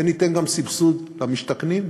וניתן גם סבסוד למשתכנים.